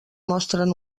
mostren